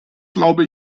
glaube